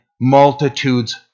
Multitudes